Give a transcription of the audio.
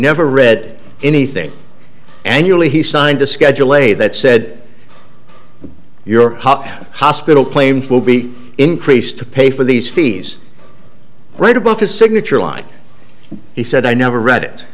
never read anything annually he signed a schedule a that said your top hospital claims will be increased to pay for these fees right above his signature line he said i never read it